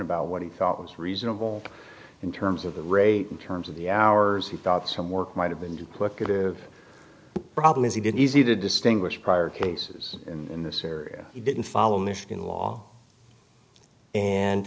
about what he thought was reasonable in terms of the rate in terms of the hours he thought some work might have been duplicative problem is he did easy to distinguish prior cases in this area he didn't follow michigan law and